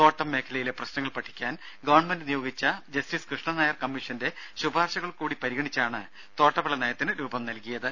തോട്ടം മേഖലയിലെ പ്രശ്നങ്ങൾ പഠിക്കാൻ ഗവണ്മെന്റ് നിയോഗിച്ച ജസ്റ്റിസ് കൃഷ്ണൻനായർ കമ്മീഷന്റെ ശുപാർശകൾ കൂടി പരിഗണിച്ചാണ് തോട്ടവിള നയത്തിന് രൂപം നൽകിയത്